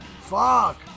Fuck